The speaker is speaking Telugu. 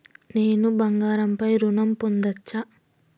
నేను బంగారం పై ఋణం పొందచ్చా?